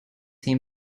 him